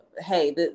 hey